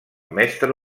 mestre